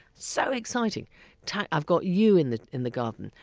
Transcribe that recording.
so exciting i've got yew in the in the garden.